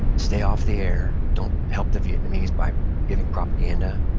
stay off the air, don't help the vietnamese by giving propaganda,